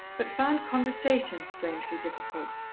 but found conversation strangely difficult,